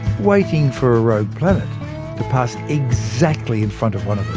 waiting for a rogue planet to pass exactly in front of one of them.